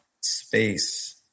space